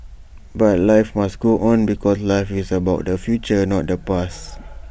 but life must go on because life is about the future not the past